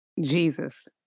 Jesus